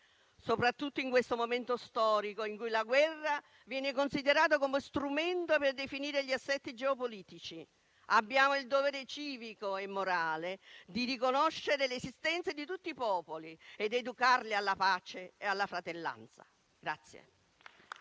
Soprattutto in questo momento storico in cui la guerra viene considerata come strumento per definire gli assetti geopolitici, abbiamo il dovere civico e morale di riconoscere l'esistenza di tutti i popoli ed educarli alla pace e alla fratellanza.